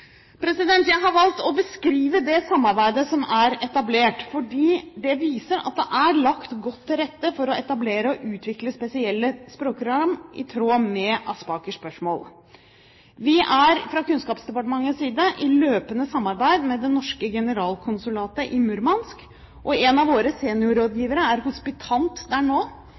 Jeg har valgt å beskrive det samarbeidet som er etablert, fordi det viser at det er lagt godt til rette for å etablere og utvikle spesielle språkprogram, i tråd med Aspakers spørsmål. Kunnskapsdepartementet har løpende samarbeid med det norske generalkonsulatet i Murmansk, og en av våre seniorrådgivere er hospitant der nå,